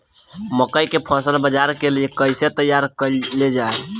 मकई के फसल बाजार के लिए कइसे तैयार कईले जाए?